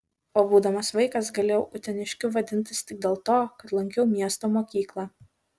o būdamas vaikas galėjau uteniškiu vadintis tik dėl to kad lankiau miesto mokyklą